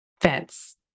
fence